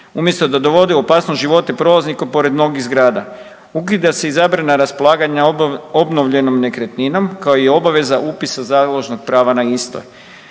umjesto da dovode u opasnost života prolaznika pored mnogih zgrada. Ukida se i zabrana raspolaganja obnovljenom nekretninom kao i obaveza upisa založnog prava na istoj.